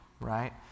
right